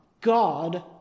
God